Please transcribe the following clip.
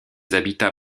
habitats